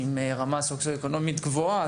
בעלות רמה סוציואקונומית גבוהה,